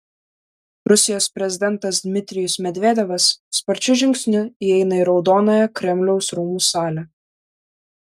rusijos prezidentas dmitrijus medvedevas sparčiu žingsniu įeina į raudonąją kremliaus rūmų salę